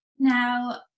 now